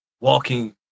walking